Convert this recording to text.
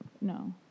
No